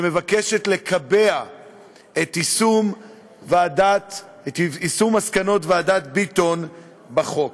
שמבקשת לקבע את יישום מסקנות ועדת ביטון בחוק.